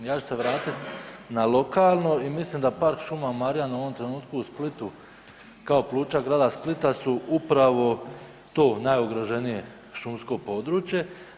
Ja ću se vratiti na lokalno i mislim da Park šuma Marijan u ovom trenutku u Splitu kao pluća grada Splita su upravo to najugroženije šumsko područje.